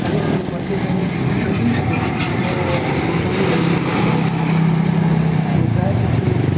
आनी एक सांगपाचे जाल्यार गरीब लोक जे हॉस्पिटलानी एडमीट जातात तांचेर जाय तशी